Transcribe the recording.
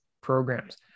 programs